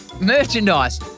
Merchandise